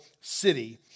city